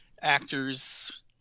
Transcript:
actors